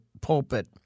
pulpit